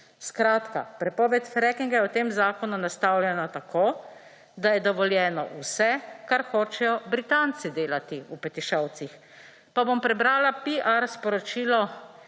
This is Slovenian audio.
Skratka, prepoved freakinga v tem zakonu je nastavljeno tako, da je dovoljeno vse, kar hočejo Britanci delati v Petišovcih. Bom prebrala PR sporočilo